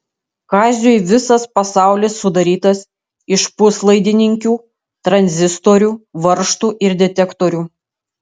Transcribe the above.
kaziui visas pasaulis sudarytas iš puslaidininkių tranzistorių varžtų ir detektorių